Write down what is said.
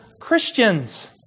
Christians